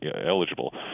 eligible